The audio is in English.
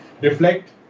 reflect